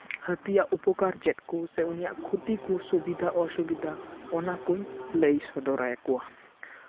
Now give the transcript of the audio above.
ᱦᱟᱹᱛᱤᱭᱟᱜ ᱩᱯᱚᱠᱟᱨ ᱪᱮᱫ ᱠᱚ ᱥᱮ ᱩᱱᱤᱭᱟᱜ ᱠᱷᱚᱛᱤ ᱠᱚ ᱥᱩᱵᱤᱫᱷᱟᱼᱚᱥᱩᱵᱤᱫᱷᱟ ᱚᱱᱟ ᱠᱩᱧ ᱞᱟᱹᱭ ᱥᱚᱫᱚᱨ ᱟᱠᱚᱣᱟ